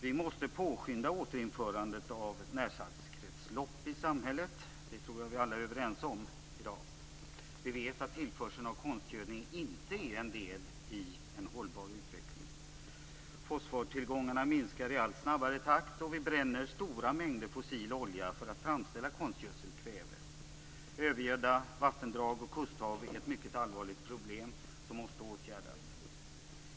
Vi måste påskynda återinförandet av ett närsaltskretslopp i samhället, det tror jag att vi alla är överens om. Tillförseln av konstgödning är inte en del i en hållbar utveckling. Fosfortillgångarna minskar i allt snabbare takt, och vi bränner stora mängder fossil olja för att framställa konstgödselkväve. Övergödda vattendrag och kusthav är ett mycket allvarligt problem som måste åtgärdas.